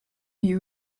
you